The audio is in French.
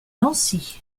nancy